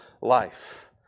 life